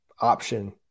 option